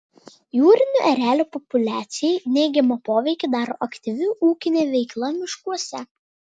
jūrinių erelių populiacijai neigiamą poveikį daro aktyvi ūkinė veikla miškuose